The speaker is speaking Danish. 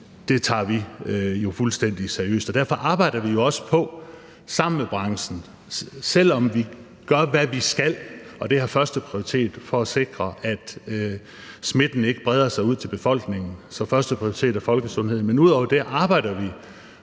Det tager vi fuldstændig seriøst, og derfor arbejder vi også på det sammen med branchen. Og selv om vi gør, hvad vi skal – og det har førsteprioritet for at sikre, at smitten ikke breder sig ud til befolkningen, for førsteprioritet er folkesundheden – så arbejder vi